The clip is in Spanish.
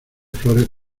flores